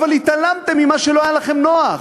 אבל התעלמתם ממה שלא היה לכם נוח.